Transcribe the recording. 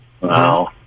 Wow